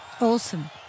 Awesome